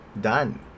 done